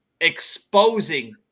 exposing